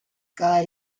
god